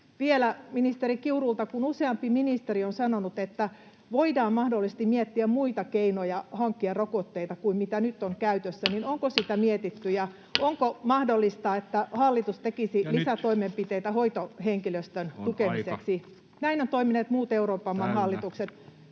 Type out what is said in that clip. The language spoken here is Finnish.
vielä ministeri Kiurulta: kun useampi ministeri on sanonut, että voidaan mahdollisesti miettiä muita keinoja hankkia rokotteita kuin mitä nyt on käytössä, niin onko sitä mietitty, ja onko mahdollista, että hallitus tekisi lisätoimenpiteitä hoitohenkilöstön tukemiseksi? Näin ovat toimineet muut Euroopan maiden hallitukset.